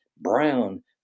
brown